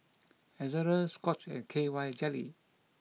Ezerra Scott's and K Y Jelly